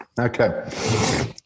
Okay